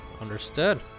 understood